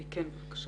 כן בבקשה.